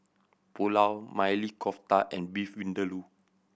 Pulao Maili Kofta and Beef Vindaloo